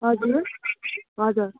हजुर हजुर